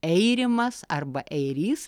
eirimas arba eirys